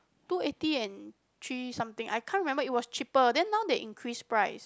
two eighty and three something I can't remember it was cheaper then now they increase price